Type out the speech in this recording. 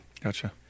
Gotcha